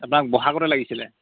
আপোনাক ব'হাগতে লাগিছিলে